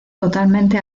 totalmente